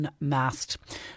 unmasked